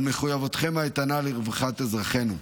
על מחויבותכם האיתנה לרווחת אזרחינו,